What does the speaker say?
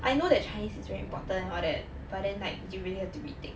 I know that chinese is very important and all that but then like you really have to retake